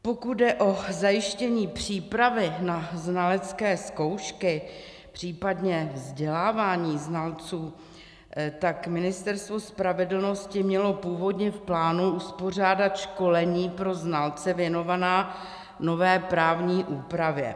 Pokud jde o zajištění přípravy na znalecké zkoušky, případně vzdělávání znalců, tak Ministerstvo spravedlnosti mělo původně v plánu uspořádat školení pro znalce věnovaná nové právní úpravě.